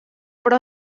però